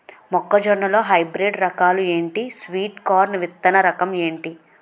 మొక్క జొన్న లో హైబ్రిడ్ రకాలు ఎంటి? స్వీట్ కార్న్ విత్తన రకం ఏంటి?